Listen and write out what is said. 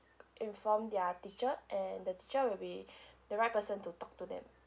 inform their teacher and the teacher will be the right person to talk to them